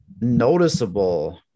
noticeable